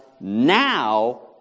now